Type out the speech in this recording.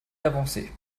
d’avancer